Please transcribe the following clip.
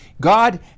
God